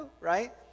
right